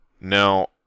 now